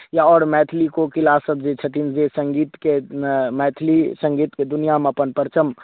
या आओर मैथिली कोकिलासभ जे छथिन जे सङ्गीतके मै मैथिली सङ्गीतके दुनिआँमे अपन परचम